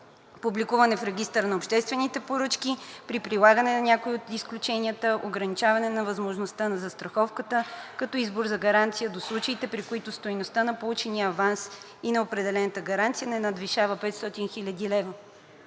публикуване в Регистъра на обществените поръчки при прилагане на някои от изключенията, ограничаване на възможността на застраховката като избор на гаранцията до случаите, при които стойността на получения аванс и на определената гаранция не надвишава 5 хил.